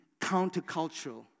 countercultural